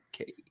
Okay